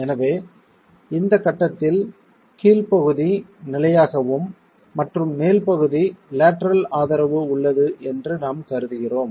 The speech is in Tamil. எனவே இந்த கட்டத்தில் கீழ்ப்பகுதி நிலையாகவும் மற்றும் மேல்ப்பகுதியில் லேட்டரல் ஆதரவு உள்ளது என்று நாம் கருதுகிறோம்